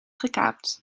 gekaapt